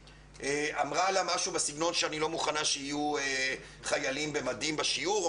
ואמרה לה משהו בסגנון "אני לא מוכנה שיהיו חיילים במדים בשיעור".